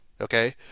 okay